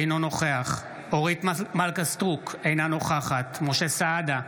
אינו נוכח אורית מלכה סטרוק, אינה נוכחת משה סעדה,